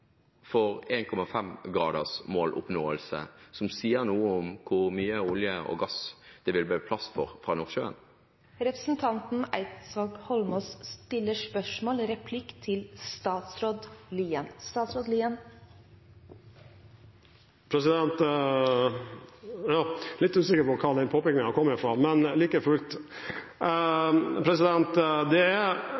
måloppnåelse på 1,5 grader som sier noe om hvor mye olje og gass fra Nordsjøen det vil bli plass for? Representanten Eidsvoll Holmås stiller spørsmål – replikk til statsråd Lien. Jeg er litt usikker på hva den påpekningen kom ut fra – men like fullt!